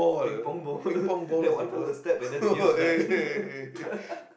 Ping Pong ball and then one fella will step and then the games were done